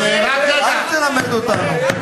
אל תלמד אותנו.